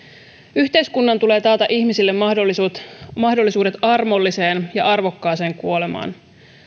yhteiskunnan tulee taata ihmisille mahdollisuudet mahdollisuudet armolliseen ja arvokkaaseen kuolemaan